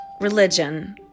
religion